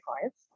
clients